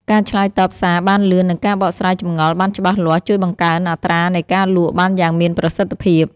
ការឆ្លើយតបសារបានលឿននិងការបកស្រាយចម្ងល់បានច្បាស់លាស់ជួយបង្កើនអត្រានៃការលក់បានយ៉ាងមានប្រសិទ្ធភាព។